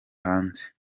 hanze